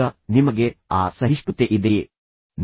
ಈಗ ನಿಮಗೆ ಆ ಸಹಿಷ್ಣುತೆ ಇದೆಯೇ ನೀವು ಜನರನ್ನು ಸಹಿಸಿಕೊಳ್ಳಬಹುದೇ